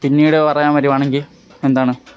പിന്നീട് പറയാൻ വരികയാണെങ്കിൽ എന്താണ്